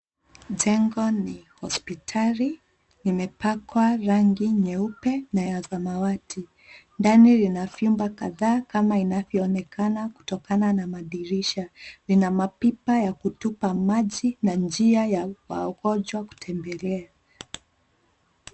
Jengo ni hospitali limepakwa rangi nyeupe na ya samawati. Ndani vina vyumba kadhaa kama inavyoonekana kutokana na madirisha. Lina mapipa ya kutupa maji na njia ya magonjwa kutembelea